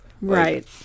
Right